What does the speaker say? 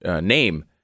name